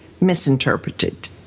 misinterpreted